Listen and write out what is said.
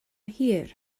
hir